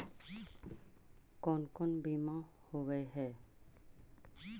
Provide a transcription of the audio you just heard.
कोन कोन बिमा होवय है?